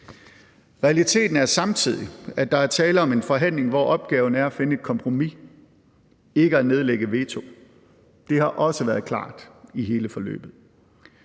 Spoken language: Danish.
Realiteten er samtidig, at der er tale om en forhandling, hvor opgaven er at finde et kompromis, ikke at nedlægge veto. Det har også været klart i hele forløbet.